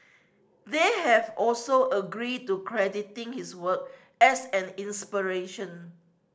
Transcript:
they have also agreed to crediting his work as an inspiration